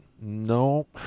No